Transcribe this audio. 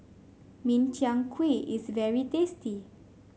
Min Chiang Kueh is very tasty